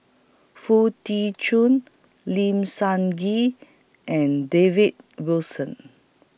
Foo Tee Jun Lim Sun Gee and David Wilson